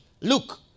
look